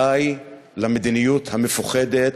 די למדיניות המפוחדת,